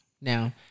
Now